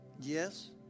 Yes